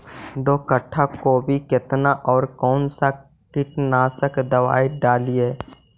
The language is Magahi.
दो कट्ठा गोभी केतना और कौन सा कीटनाशक दवाई डालिए?